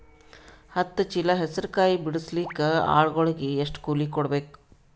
ಹತ್ತು ಚೀಲ ಹೆಸರು ಕಾಯಿ ಬಿಡಸಲಿಕ ಆಳಗಳಿಗೆ ಎಷ್ಟು ಕೂಲಿ ಕೊಡಬೇಕು?